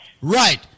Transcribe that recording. Right